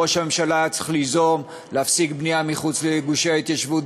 ראש הממשלה היה צריך ליזום להפסיק בנייה מחוץ לגושי ההתיישבות,